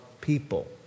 people